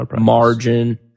margin